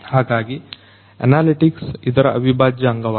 ಹಾಗಾಗಿ ಅನಾಲಿಟಿಕ್ಸ್ ಇದರ ಅವಿಭಾಜ್ಯ ಅಂಗವಾಗಿದೆ